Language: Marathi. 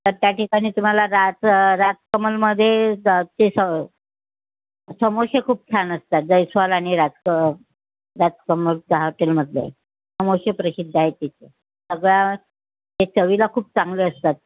तर त्या ठिकाणी तुम्हाला राज राजकमलमध्ये ते सं समोसे खूप छान असतात जयस्वाल आणि राजक राजकमलच्या हॉटेलमधले समोसे प्रसिद्ध आहेत तिथले सगळ्या ते चवीला खूप चांगले असतात